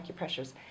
acupressures